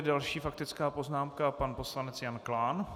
Další faktická poznámka, pan poslanec Jan Klán.